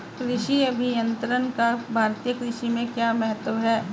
कृषि अभियंत्रण का भारतीय कृषि में क्या महत्व है?